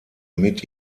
mit